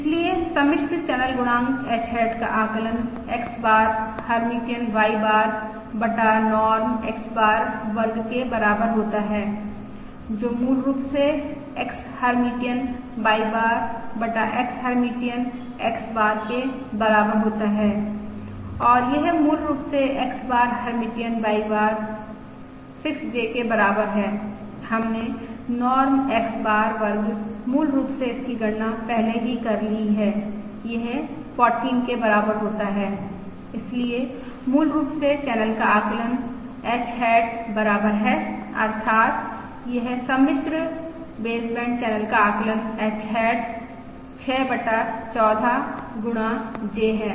इसलिए सम्मिश्र चैनल गुणांक H हैट का आकलन X bar Hermitian Y bar बटा नॉर्म X बार वर्ग के बराबर होता है जो मूल रूप से X हर्मिटियन Y बार बटा X हर्मिटियन X बार के बराबर होता है और यह मूल रूप से X bar Hermitian Y bar 6J के बराबर है हमने नॉर्म X बार वर्ग मूल रूप से इसकी गणना पहले ही कर ली है यह 14 के बराबर होता है इसलिए मूल रूप से चैनल का आकलन H हैट बराबर है अर्थात् यह सम्मिश्र बेसबैंड चैनल का आकलन H हैट 6 बटा 14 गुणा j है